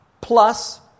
plus